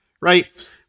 right